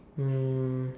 um